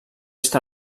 est